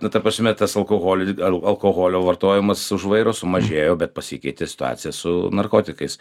na ta prasme tas alkoholis ar alkoholio vartojimas už vairo sumažėjo bet pasikeitė situacija su narkotikais